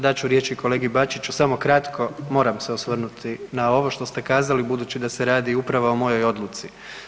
Dat ću riječi kolegi Bačiću, samo kratko, moram se osvrnuti na ovo što ste kazali budući da se radi upravo o mojoj odluci.